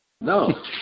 No